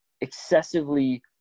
excessively